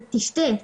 תשתה.